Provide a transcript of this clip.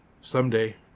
Someday